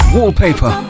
Wallpaper